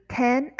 ten